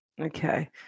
Okay